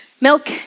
milk